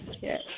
Yes